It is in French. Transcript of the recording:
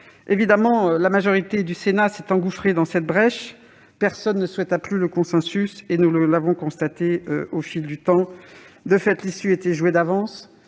impossible. La majorité du Sénat s'est évidemment engouffrée dans une telle brèche. Personne ne souhaita plus le consensus ; nous l'avons constaté au fil du temps. De fait, l'issue était jouée d'avance,